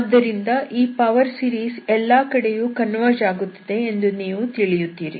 ಆದ್ದರಿಂದ ಈ power series ಎಲ್ಲಾ ಕಡೆಯೂ ಕನ್ವರ್ಜ್ ಆಗುತ್ತದೆ ಎಂದು ನೀವು ತಿಳಿಯುತ್ತೀರಿ